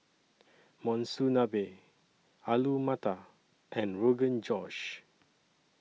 Monsunabe Alu Matar and Rogan Josh